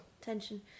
Tension